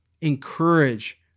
encourage